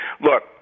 Look